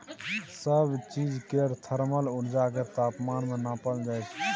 सब चीज केर थर्मल उर्जा केँ तापमान मे नाँपल जाइ छै